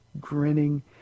grinning